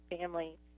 Family